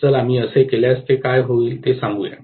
चला मी असे केल्यास ते काय होईल ते सांगू या